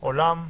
עולם?